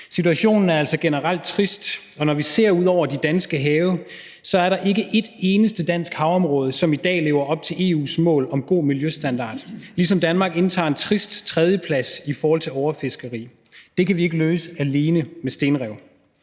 Situationen er altså generelt trist, og når vi ser ud over de danske have, er der ikke et eneste dansk havområde, som i dag lever op til EU's mål om en god miljøstandard, ligesom Danmark indtager en trist tredjeplads i forhold til overfiskeri. Det kan vi ikke løse alene med stenrev.